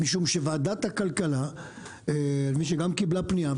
משום שוועדת הכלכלה גם קיבלה פנייה,